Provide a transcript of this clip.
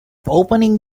opening